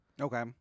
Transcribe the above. Okay